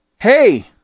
hey